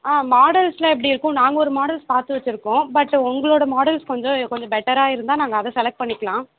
ஆ மாடல்ஸ்லாம் எப்படி இருக்கும் நாங்கள் ஒரு மாடல்ஸ் பார்த்து வச்சிருக்கோம் பட் உங்களோடு மாடல்ஸ் கொஞ்சம் பெட்டராக இருந்தால் நாங்கள் அதை செலக்ட் பண்ணிக்கலாம்